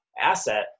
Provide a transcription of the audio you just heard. asset